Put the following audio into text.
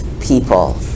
people